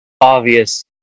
obvious